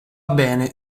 bene